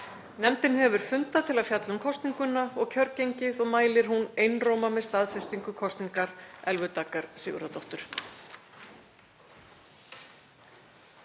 Nefndin hefur fundað til að fjalla um kosninguna og kjörgengi og mælir einróma með staðfestingu kosningar Elvu Daggar Sigurðardóttur.